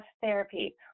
therapy